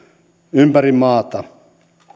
ympäri maata